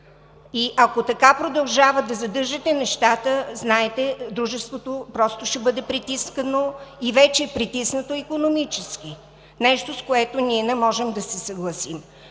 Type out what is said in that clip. Ако така продължавате да задържате нещата, знаете, дружеството просто ще бъде притискано, и вече е притиснато икономически – нещо, с което ние не можем да се съгласим.